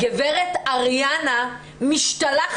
הגברת אריאנה מלמד,